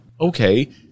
okay –